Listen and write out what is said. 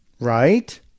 Right